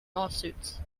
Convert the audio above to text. lawsuits